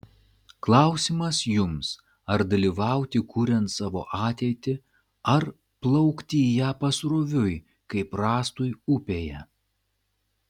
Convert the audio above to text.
klausimas jums ar dalyvauti kuriant savo ateitį ar plaukti į ją pasroviui kaip rąstui upėje